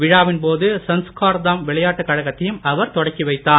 விழாவின் போது சன்ஸ்கார்தாம் விளையாட்டுக் கழகத்தையும் அவர் தொடக்கி வைத்தார்